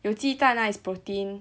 有鸡蛋 lah is protein